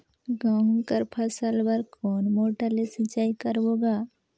गहूं कर फसल बर कोन मोटर ले सिंचाई करबो गा?